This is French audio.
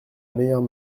meilleure